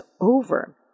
over